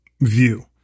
view